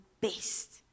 best